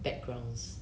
backgrounds